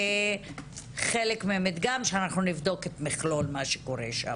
כחלק ממדגם שנבדוק את כל מה שקורה שם.